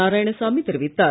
நாராயணசாமி தெரிவித்தார்